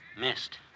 Missed